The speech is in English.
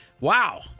wow